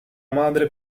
madre